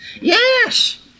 yes